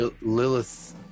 Lilith